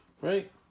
right